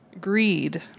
Greed